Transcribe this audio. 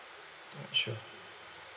alright sure